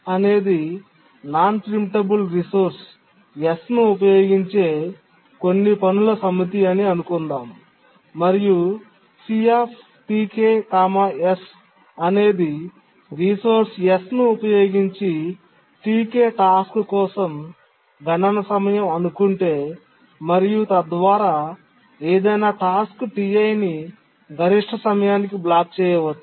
అనేది non preemptible resource S ను ఉపయోగించే అన్ని పనుల సమితి అని అనుకుందాం మరియు అనేది రిసోర్స్ S ను ఉపయోగించి Tk టాస్క్ కోసం గణన సమయం అనుకుంటే మరియు తద్వారా ఏదైనా టాస్క్ Ti ని గరిష్ట సమయానికి బ్లాక్ చేయవచ్చు